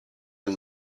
and